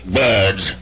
birds